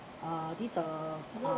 uh this uh